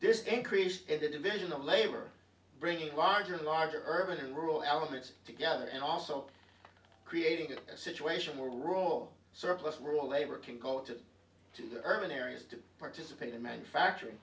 this increased and the division of labor bringing larger and larger urban rural elements together and also created a situation where the role surplus rule labor concocted to the urban areas to participate in manufacturing